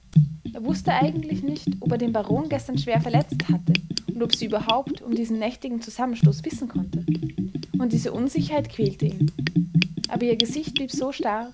er wußte eigentlich nicht ob er den baron gestern schwer verletzt hatte und ob sie überhaupt um diesen nächtigen zusammenstoß wissen konnte und diese unsicherheit quälte ihn aber ihr gesicht blieb so starr